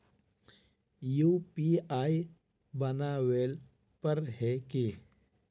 UPI बनावेल पर है की?